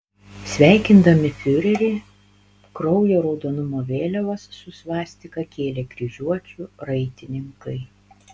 sveikindami fiurerį kraujo raudonumo vėliavas su svastika kėlė kryžiuočių raitininkai